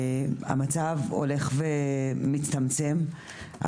המצב הולך ומצטמצם,